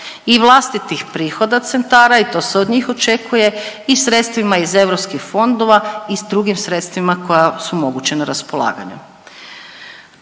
i vlastitih prihoda centara i to se od njih očekuje i sredstvima iz europskih fondova i drugim sredstvima koja su moguće na raspolaganju.